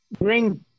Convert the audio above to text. bring